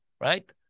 right